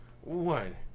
one